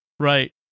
Right